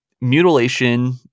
mutilation